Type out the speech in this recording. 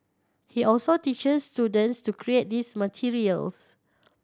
he also teaches students to create these materials